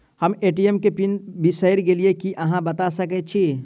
हम ए.टी.एम केँ पिन बिसईर गेलू की अहाँ बता सकैत छी?